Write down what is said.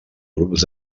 grups